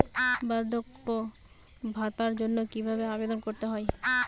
বার্ধক্য ভাতার জন্য কিভাবে আবেদন করতে হয়?